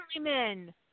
men